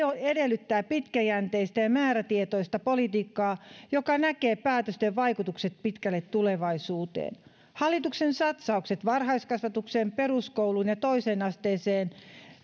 edellyttää pitkäjänteistä ja määrätietoista politiikkaa joka näkee päätösten vaikutukset pitkälle tulevaisuuteen hallituksen satsaukset varhaiskasvatukseen peruskouluun ja toiseen asteeseen